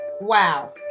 Wow